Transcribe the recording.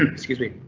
excuse me.